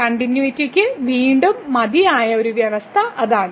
കണ്ടിന്യൂയിറ്റിയ്ക്ക് വീണ്ടും മതിയായ ഒരു വ്യവസ്ഥ അതാണ്